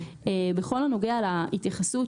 בכל הנוגע להתייחסות,